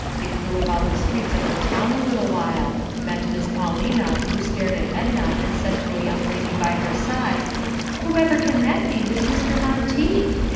they flew about the streets of the town a little while met miss paulina, who stared at edna and said to a young lady by her side whoever can that be with mr. monteith?